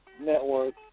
network